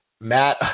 matt